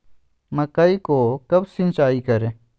मकई को कब सिंचाई करे?